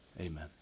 amen